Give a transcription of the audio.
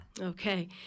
Okay